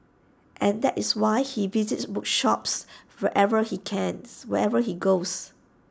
and that is why he visits bookshops wherever he cans wherever he goes